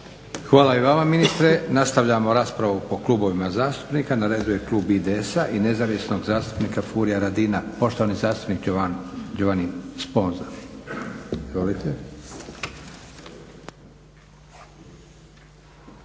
Hvala i vama ministre. Nastavljamo raspravu po klubovima zastupnika. Na redu je Klub IDS-a i nezavisnog zastupnika Furia Radina. Poštovani zastupniče Giovanni Sponza.